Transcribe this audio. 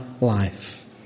life